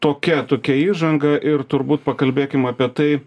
tokia tokia įžanga ir turbūt pakalbėkim apie tai